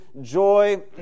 joy